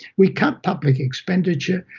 we cut public expenditure,